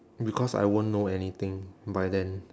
because I won't know anything by then